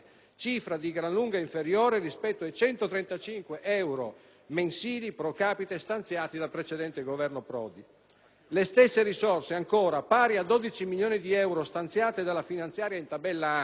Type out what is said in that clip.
cifra di gran lunga inferiore rispetto ai 135 euro mensili *pro capite* stanziati dal precedente Governo Prodi. Le stesse risorse - pari a 12 milioni di euro - stanziate dalla finanziaria in tabella A,